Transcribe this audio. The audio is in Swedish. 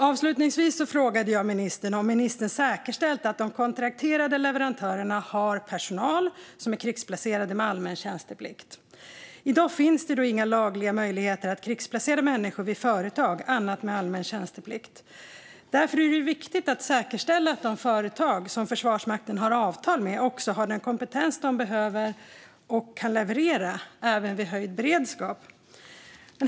Avslutningsvis frågade jag ministern om ministern säkerställt att de kontrakterade leverantörerna har personal som är krigsplacerad med allmän tjänsteplikt. I dag finns det inga lagliga möjligheter att krigsplacera människor vid företag annat än med allmän tjänsteplikt. Därför är det viktigt att säkerställa att de företag som Försvarsmakten har avtal med har den kompetens de behöver och kan leverera även vid höjd beredskap.